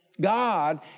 god